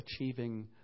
achieving